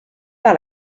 par